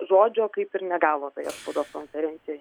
žodžio kaip ir negavo toje spaudos konferencijoje